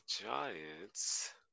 Giants